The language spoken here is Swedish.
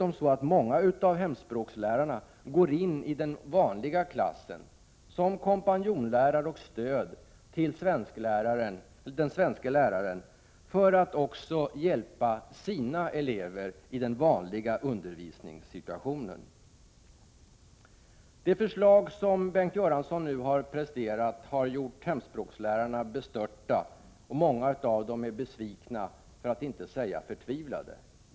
Många av hemspråkslärarna går in i den vanliga klassen som kompanjonlärare och stöd för den svenske läraren och hjälper sina elever i den vanliga undervisningssituationen. Det förslag som Bengt Göransson nu har presenterat har gjort hemspråkslärarna bestörta och många av dem är besvikna, för att inte säga förtvivlade.